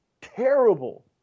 Terrible